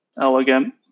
elegant